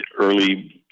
early